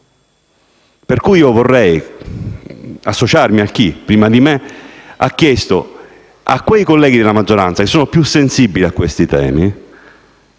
Pertanto vorrei associarmi a chi, prima di me, ha chiesto a quei colleghi della maggioranza, che sono più sensibili a questi temi,